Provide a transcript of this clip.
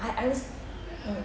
I I realise